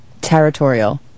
territorial